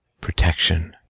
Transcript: Protection